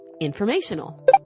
informational